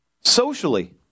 Socially